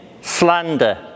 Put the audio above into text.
slander